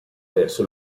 perso